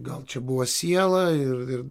gal čia buvo siela ir ir